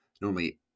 Normally